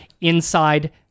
inside